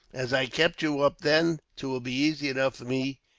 as i kept you up then, twill be easy enough for me,